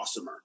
awesomer